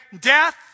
death